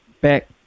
back